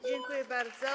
Dziękuję bardzo.